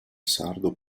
sardo